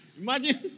Imagine